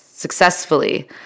Successfully